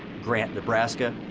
grant, nebraska,